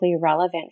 relevant